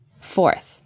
Fourth